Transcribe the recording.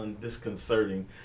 disconcerting